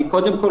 קודם כול,